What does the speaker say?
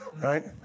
Right